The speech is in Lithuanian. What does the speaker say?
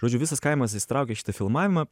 žodžiu visas kaimas įsitraukė į šitą filmavimą